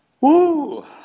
Woo